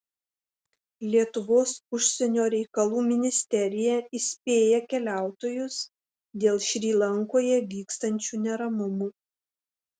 lietuvos užsienio reikalų ministerija įspėja keliautojus dėl šri lankoje vykstančių neramumų